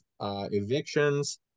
evictions